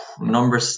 number